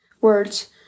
words